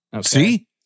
See